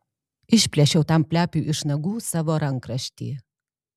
išplėšiau tam plepiui iš nagų savo rankraštį